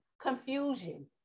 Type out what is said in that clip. Confusion